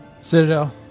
Citadel